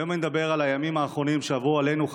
היום אני אדבר על הימים האחרונים שעברו עלינו,